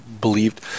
believed